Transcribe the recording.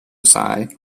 sigh